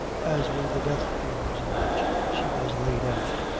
as were the death clothes in which she was laid out.